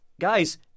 guys